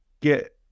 get